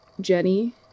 Jenny